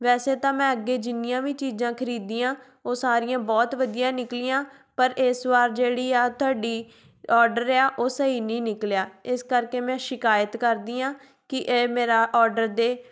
ਵੈਸੇ ਤਾਂ ਮੈਂ ਅੱਗੇ ਜਿੰਨੀਆਂ ਵੀ ਚੀਜ਼ਾਂ ਖਰੀਦੀਆਂ ਉਹ ਸਾਰੀਆਂ ਬਹੁਤ ਵਧੀਆ ਨਿਕਲੀਆਂ ਪਰ ਇਸ ਵਾਰ ਜਿਹੜੀ ਆਹ ਤੁਹਾਡੀ ਔਡਰ ਆ ਉਹ ਸਹੀ ਨਹੀਂ ਨਿਕਲਿਆ ਇਸ ਕਰਕੇ ਮੈਂ ਸ਼ਿਕਾਇਤ ਕਰਦੀ ਹਾਂ ਕਿ ਇਹ ਮੇਰਾ ਔਡਰ ਦੇ